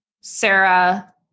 sarah